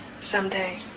someday